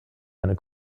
eine